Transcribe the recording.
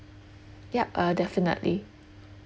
yup uh definitely